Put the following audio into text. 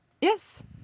Yes